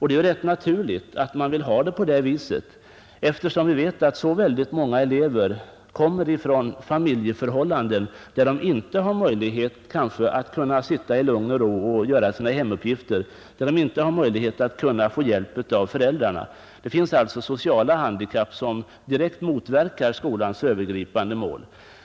Det är rätt naturligt att man vill ha det på det viset, eftersom vi vet att så väldigt många elever kommer från familjeförhållanden, där de inte har möjlighet att sitta i lugn och ro och göra sina hemuppgifter och där de inte har möjlighet att kunna få hjälp av föräldrarna. Det finns alltså sociala handikapp, som direkt motverkar skolans övergripande mål.